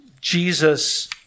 Jesus